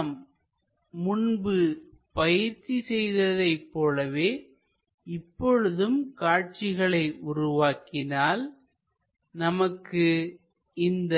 நாம் முன்பு பயிற்சி செய்ததைப் போல இப்பொழுதும் காட்சிகளை உருவாக்கினால் நமக்கு இந்த